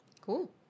cool